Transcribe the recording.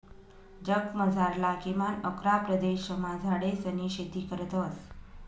जगमझारला किमान अकरा प्रदेशमा झाडेसनी शेती करतस